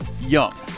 young